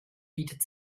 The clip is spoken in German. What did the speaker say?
bietet